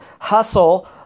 hustle